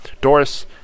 Doris